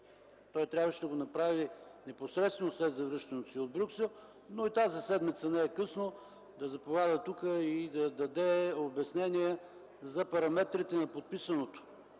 той трябваше да го направи непосредствено след завръщането си от Брюксел, но и тази седмица не е късно да заповяда тук и да даде обяснение за параметрите на подписаното,